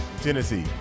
Tennessee